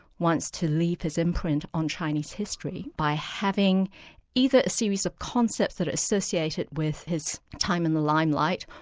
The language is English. wants to leave his imprint on chinese history by having either a series of concepts that are associated with his time in the limelight,